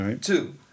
Two